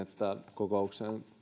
kokouksen